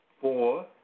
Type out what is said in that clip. Four